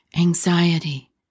anxiety